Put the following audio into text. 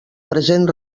present